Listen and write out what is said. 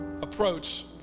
approach